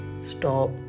stop